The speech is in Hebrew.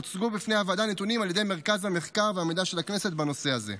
הוצגו בפני הוועדה נתונים על ידי מרכז המחקר והמידע של הכנסת בנושא זה.